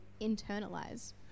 internalize